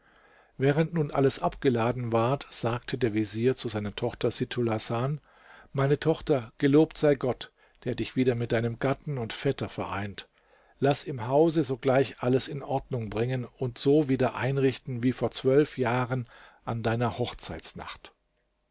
während nun alles abgeladen ward sagte der vezier zu seiner tochter sittulhasan meine tochter gelobt sei gott der dich wieder mit deinem gatten und vetter vereint laß im hause sogleich alles in ordnung bringen und so wieder einrichten wie vor zwölf jahren an deiner hochzeitsnacht